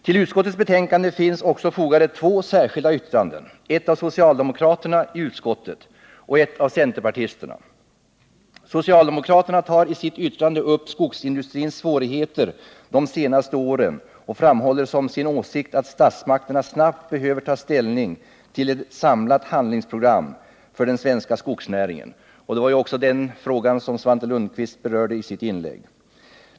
Till utskottets betänkande finns också fogade två särskilda yttranden, ett av socialdemokraterna i utskottet och ett av centerpartisterna. Socialdemokraterna tar i sitt yttrande upp skogsindustrins svårigheter de senaste åren och framhåller som sin åsikt att statsmakterna snabbt behöver ta ställning till ett samlat handlingsprogram för den svenska skogsnäringen. Det var ju också den frågan som Svante Lundkvist berörde i sitt inlägg.